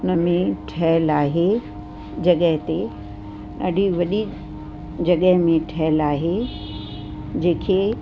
उन में ठहियलु आहे जॻहि ते ॾढी वॾी जॻहि में ठहियलु आहे जंहिं खे